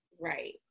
Right